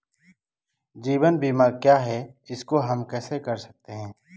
जीवन बीमा क्या है इसको हम कैसे कर सकते हैं?